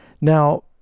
now